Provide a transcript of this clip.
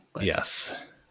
Yes